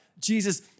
Jesus